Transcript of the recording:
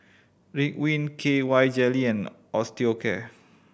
Ridwind K Y Jelly and Osteocare